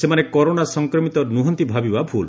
ସେମାନେ କରୋନା ସଂକ୍ରମିତ ନୁହଁନ୍ତି ଭାବିବା ଭୁଲ